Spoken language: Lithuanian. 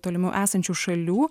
tolimiau esančių šalių